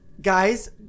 guys